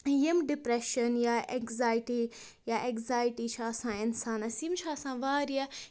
یِم ڈِپرٛٮ۪شَن یا اٮ۪نزایٹی یا اٮ۪کزایٹی چھِ آسان اِنسانَس یِم چھِ آسان واریاہ